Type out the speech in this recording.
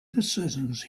decisions